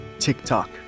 TikTok